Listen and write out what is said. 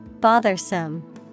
Bothersome